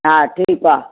हा ठीकु आहे